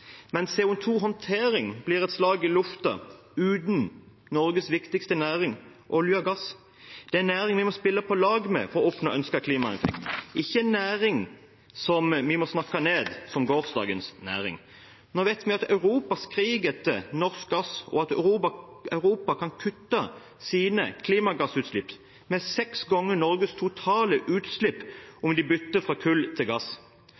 Men CO 2 -håndtering blir et slag i lufta uten Norges viktigste næring: olje og gass. Det er en næring vi må spille på lag med for å oppnå ønsket klimaeffekt, ikke en næring som vi snakker ned som gårsdagens næring. Vi vet at Europa skriker etter norsk gass, og at Europa kan kutte sine klimagassutslipp med seks ganger Norges totale utslipp ved å bytte fra kull til gass.